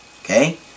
okay